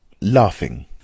Laughing